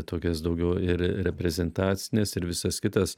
tokias daugiau ir reprezentacines ir visas kitas